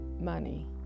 money